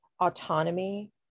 autonomy